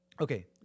okay